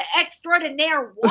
extraordinaire